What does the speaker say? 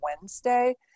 Wednesday